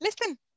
listen